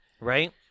Right